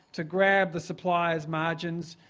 to grab the supplier's margins,